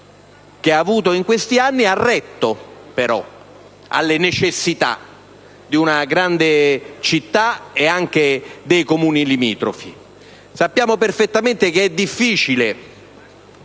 che ha avuto in questi anni, ha retto alle necessità di una grande città come Roma e anche dei Comuni limitrofi. Sappiamo perfettamente che è difficile